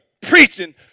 preaching